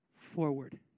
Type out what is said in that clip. forward